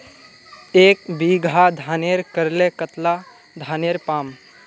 एक बीघा धानेर करले कतला धानेर पाम?